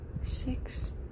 six